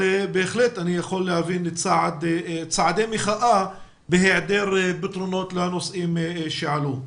בהחלט אני יכול להבין צעדי מחאה בהיעדר פתרונות לנושאים שעלו.